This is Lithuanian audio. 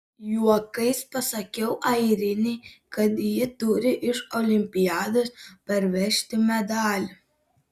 juokais pasakiau airinei kad ji turi iš olimpiados parvežti medalį